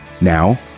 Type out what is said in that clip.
Now